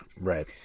right